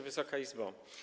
Wysoka Izbo!